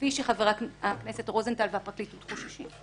כפי שחבר הכנסת רוזנטל והפרקליטות חוששים.